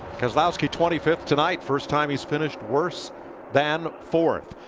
keslowski twenty fifth tonight, first time he's finished worse than fourth.